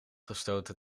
gestoten